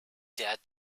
der